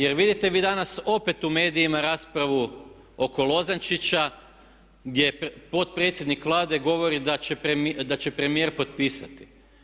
Jer vidite vi danas opet u medijima raspravu oko Lozančića gdje potpredsjednik Vlade govori da će premijer potpisati.